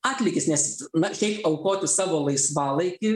atlygis nes na šiaip aukoti savo laisvalaikį